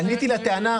עניתי לטענה.